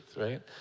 right